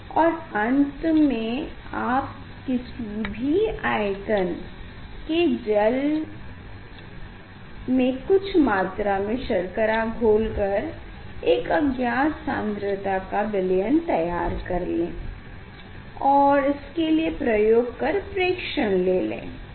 और अंत में आप किसी भी आयतन के जल में कुछ मात्र में शर्करा घोल कर एक अज्ञात सान्द्रता का विलयन तैयार कर लें और इसके लिए प्रयोग कर प्रेक्षण ले लेंगे